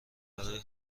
برای